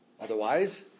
Otherwise